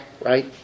right